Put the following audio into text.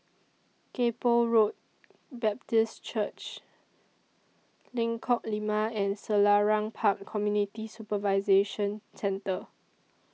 Kay Poh Road Baptist Church Lengkok Lima and Selarang Park Community Supervision Centre